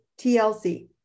TLC